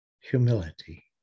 humility